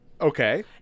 Okay